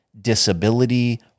disability